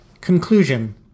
Conclusion